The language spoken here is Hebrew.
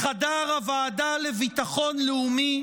מחדר הוועדה לביטחון לאומי,